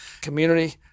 community